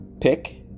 pick